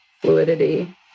fluidity